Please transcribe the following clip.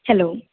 hello